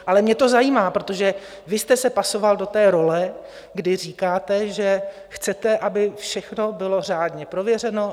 Ale mě to zajímá, protože vy jste se pasoval do té role, kdy říkáte, že chcete, aby všechno bylo řádně prověřeno.